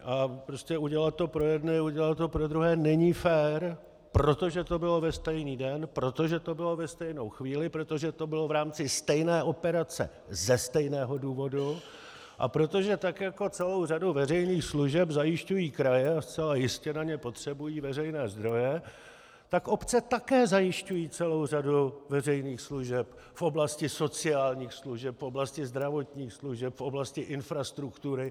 A prostě udělat to pro jedny, neudělat to pro druhé není fér, protože to bylo ve stejný den, protože to bylo ve stejnou chvíli, protože to bylo v rámci stejné operace ze stejného důvodu a protože tak jako celou řadu veřejných služeb zajišťují kraje a zcela jistě na ně potřebují veřejné zdroje, tak obce také zajišťují celou řadu veřejných služeb v oblasti sociálních služeb, v oblasti zdravotních služeb, v oblasti infrastruktury.